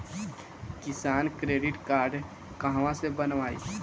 किसान credit card कहवा से बनवाई?